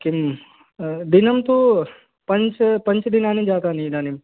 किम् दिनं तु पञ्च पञ्च दिनानि जातानि इदानीम्